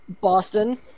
Boston